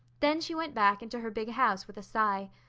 then she went back into her big house with a sigh.